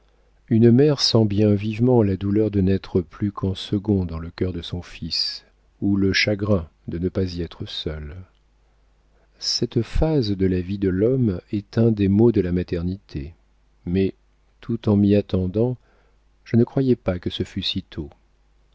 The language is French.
une mère sent bien vivement la douleur de n'être plus qu'en second dans le cœur de son fils ou le chagrin de ne pas y être seule cette phase de la vie de l'homme est un des maux de la maternité mais tout en m'y attendant je ne croyais pas que ce fût sitôt